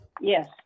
Yes